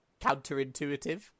counterintuitive